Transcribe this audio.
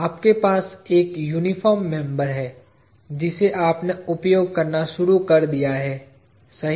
आपके पास एक यूनिफार्म मेंबर है जिसे आपने उपयोग करना शुरू कर दिया है सही